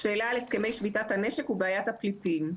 שאלה על הסכמי שביתת הנשק ובעיית הפליטים.